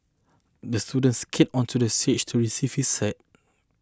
the student skated onto the stage to receive his cer